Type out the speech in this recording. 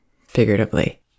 figuratively